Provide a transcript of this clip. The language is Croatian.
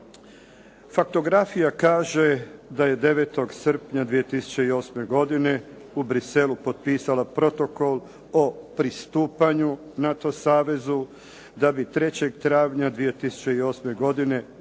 Faktografija kaže da je 9. srpnja 2008. godine u Bruxellesu potpisala Protokol o pristupanju NATO savezu, da bi 3. travnja 2008. godine